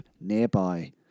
nearby